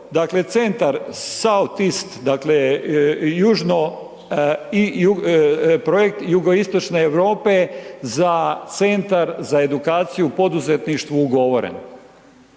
dakle Centar Sout East, dakle južno, projekt jugoistočne Europe za Centar za edukaciju u poduzetništvu ugovoren?